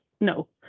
no